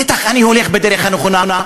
בטח אני הולך בדרך הנכונה,